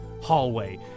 hallway